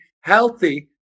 healthy